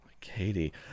Katie